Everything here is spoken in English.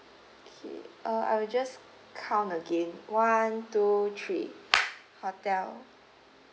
okay uh I will just count again one two three hotel